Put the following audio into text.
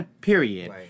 period